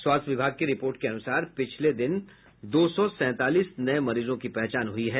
स्वास्थ्य विभाग की रिपोर्ट के अनुसार पिछले दिन दो सौ सैंतालीस नये मरीजों की पहचान हुई है